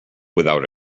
without